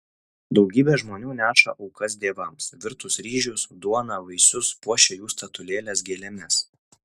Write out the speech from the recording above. daugybė žmonių neša aukas dievams virtus ryžius duoną vaisius puošia jų statulėles gėlėmis